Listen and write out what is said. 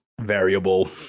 variable